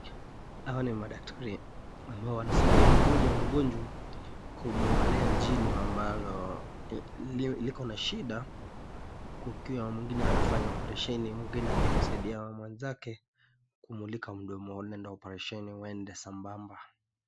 Hawa ni madaktari ambao wanasaidia mmoja wa mgonjwa kumwalia jino ambalo liko na shida wakati mwingine anafanya operesheni mwingine akimsaidia mwenzake kumulika mdomoni nenda operesheni uende sambamba.